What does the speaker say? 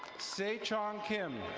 se chan kim.